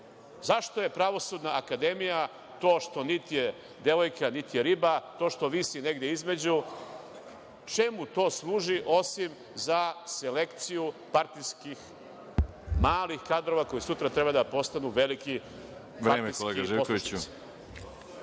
Zašto je Pravosudna akademija, to što, nit je devojka, nit je riba, to što visi negde između. Čemu to služi, osim za selekciju partijskih, malih kadrova koji sutra treba da postanu veliki… **Veroljub